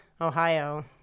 Ohio